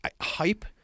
Hype